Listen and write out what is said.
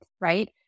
right